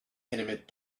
inanimate